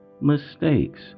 mistakes